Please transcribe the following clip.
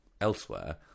elsewhere